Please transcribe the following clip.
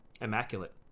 Immaculate